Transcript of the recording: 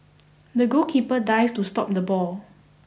the goalkeeper dived to stop the ball